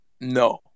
No